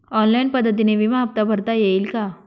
Online पद्धतीने विमा हफ्ता भरता येईल का?